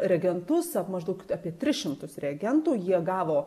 reagentus maždaug apie tris šimtus reagentų jie gavo